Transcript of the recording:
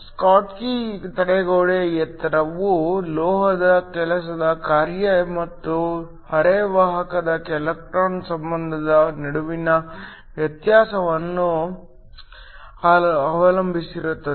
Schottky ತಡೆಗೋಡೆ ಎತ್ತರವು ಲೋಹದ ಕೆಲಸದ ಕಾರ್ಯ ಮತ್ತು ಅರೆವಾಹಕದ ಎಲೆಕ್ಟ್ರಾನ್ ಸಂಬಂಧದ ನಡುವಿನ ವ್ಯತ್ಯಾಸವನ್ನು ಅವಲಂಬಿಸಿರುತ್ತದೆ